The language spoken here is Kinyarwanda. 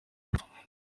apfa